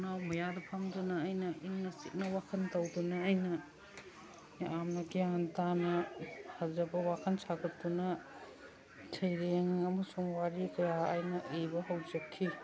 ꯊꯣꯡꯅꯥꯎ ꯃꯌꯥꯗ ꯐꯝꯗꯨꯅ ꯑꯩꯅ ꯏꯪꯅ ꯆꯤꯛꯅ ꯋꯥꯈꯟ ꯇꯧꯗꯨꯅ ꯑꯩꯅ ꯌꯥꯝꯅ ꯒ꯭ꯌꯥꯟ ꯇꯥꯅ ꯐꯖꯕ ꯋꯥꯈꯟ ꯁꯥꯒꯠꯇꯨꯅ ꯁꯩꯔꯦꯡ ꯑꯃꯁꯨꯡ ꯋꯥꯔꯤ ꯀꯌꯥ ꯑꯩꯅ ꯏꯕ ꯍꯧꯖꯈꯤ